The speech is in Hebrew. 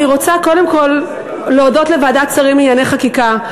אני רוצה קודם כול להודות לוועדת שרים לענייני חקיקה.